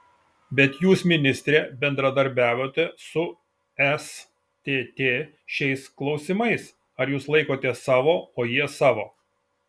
bet jūs ministre bendradarbiavote su stt šiais klausimais ar jūs laikotės savo o jie savo